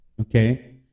okay